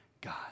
God